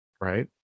Right